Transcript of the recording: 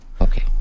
Okay